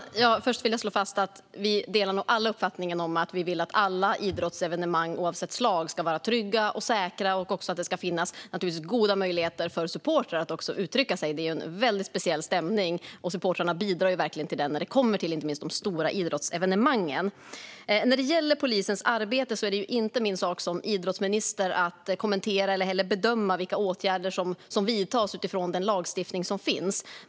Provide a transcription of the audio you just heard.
Fru talman! Först vill jag slå fast att vi nog alla delar uppfattningen att alla idrottsevenemang, oavsett slag, ska vara trygga och säkra. Det ska naturligtvis också finnas goda möjligheter för supportrar att uttrycka sig. Det är ju en väldigt speciell stämning, och supportrarna bidrar verkligen till den, inte minst när det kommer till de stora idrottsevenemangen. När det gäller polisens arbete är det inte min sak som idrottsminister att kommentera eller bedöma vilka åtgärder som vidtas utifrån den lagstiftning som finns.